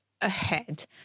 ahead